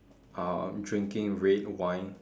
um drinking red wine